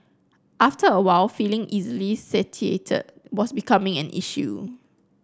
after a while feeling easily satiated was becoming an issue